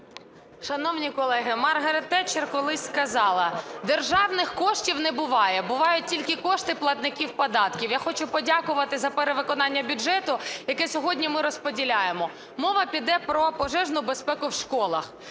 Шановні колеги, Маргарет Тетчер колись сказала: державних коштів не буває, бувають тільки кошти платників податків. Я хочу подякувати за перевиконання бюджету, який сьогодні ми розподіляємо. Мова піде про пожежну безпеку в школах.